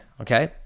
okay